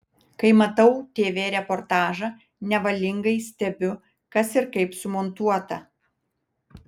kai matau tv reportažą nevalingai stebiu kas ir kaip sumontuota